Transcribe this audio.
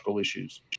issues